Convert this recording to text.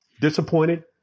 Disappointed